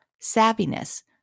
savviness